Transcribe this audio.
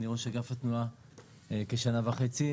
אני ראש אגף התנועה כשנה וחצי,